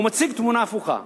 והוא מציג תמונה הפוכה.